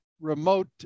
remote